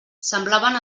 semblaven